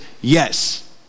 yes